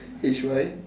H Y